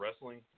wrestling